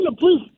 please